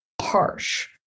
harsh